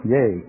Yay